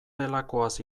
delakoaz